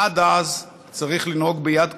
עד אז צריך לנהוג ביד קשה,